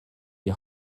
die